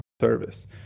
service